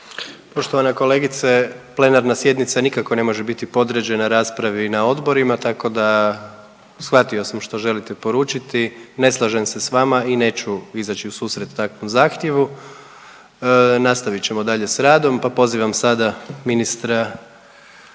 Poštovana kolegice, plenarna sjednica nikako ne može biti podređena raspravi na odborima tako da shvatio sam što želite poručiti, ne slažem se s vama i neću izaći u susret takvom zahtjevu, nastavit ćemo dalje s radom, pa pozivam sada ministra